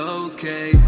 okay